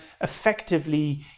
effectively